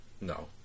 No